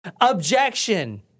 Objection